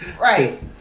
Right